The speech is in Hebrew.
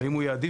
והאם הוא יעדיף,